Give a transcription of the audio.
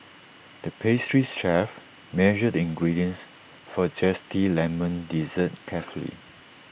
the pastries chef measured the ingredients for A Zesty Lemon Dessert carefully